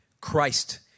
Christ